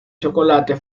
chocolate